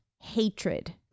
hatred